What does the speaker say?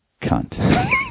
cunt